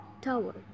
tower